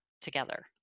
together